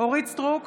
אורית מלכה סטרוק,